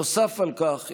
נוסף על כך,